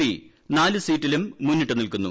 P നാല് സീറ്റിലും മുന്നിട്ട് നിൽക്കുന്നു